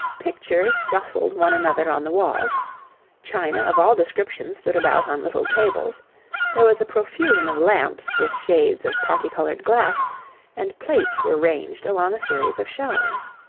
pictures jostled one another on the walls china of all description stood about on little tables there was a profusion of lamps with shades of parti-coloured glass and plates were ranged along a series of shelves.